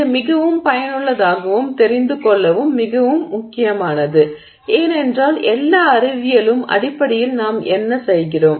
இது மிகவும் பயனுள்ளதாகவும் தெரிந்து கொள்ளவும் மிகவும் முக்கியமானது ஏனென்றால் எல்லா அறிவியலிலும் அடிப்படையில் நாம் என்ன செய்கிறோம்